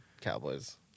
Cowboys